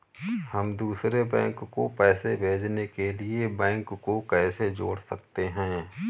हम दूसरे बैंक को पैसे भेजने के लिए बैंक को कैसे जोड़ सकते हैं?